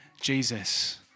Jesus